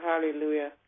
Hallelujah